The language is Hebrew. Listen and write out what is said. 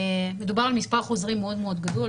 מדובר על מספר חוזרים מאוד מאוד גדול.